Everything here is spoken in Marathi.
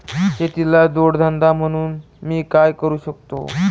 शेतीला जोड धंदा म्हणून मी काय करु शकतो?